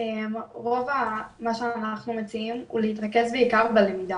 רוב מה שאנחנו מציעים הוא להתרכז בעיקר בלמידה.